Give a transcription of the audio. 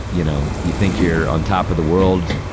you know, you think you're on top of the world,